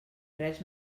res